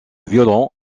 violon